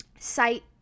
Site